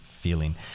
feeling